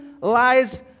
lies